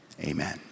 Amen